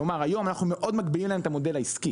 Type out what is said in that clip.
כלומר היום אנחנו מגבילים להם מאוד את המודל העסקי